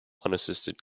unassisted